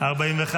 לא נתקבלו.